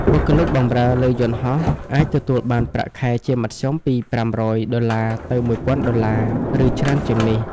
បុគ្គលិកបម្រើលើយន្តហោះអាចទទួលបានប្រាក់ខែជាមធ្យមពី ៥០០ ដុល្លារទៅ ១,០០០ ដុល្លារ ឬច្រើនជាងនេះ។